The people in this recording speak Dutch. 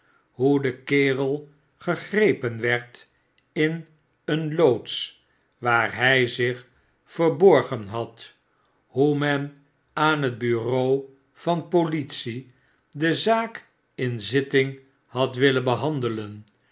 hoe de kerel gegrepen werd in een loods waar hy zich verborgen had hoe men aan het bureau van politie de zaak in zitting had willen behandelen